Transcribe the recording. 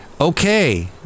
Okay